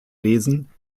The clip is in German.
lesen